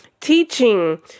teaching